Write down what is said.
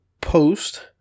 post